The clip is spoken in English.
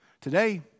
Today